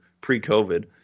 pre-COVID